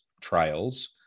trials